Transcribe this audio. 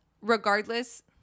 regardless